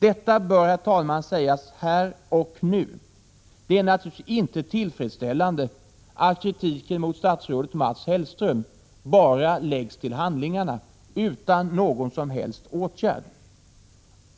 Detta bör, herr talman, sägas här och nu. Det är naturligtvis inte tillfredsställande att kritiken mot statsrådet Mats Hellström bara läggs till handlingarna utan någon som helst åtgärd.